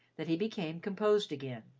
that he became composed again.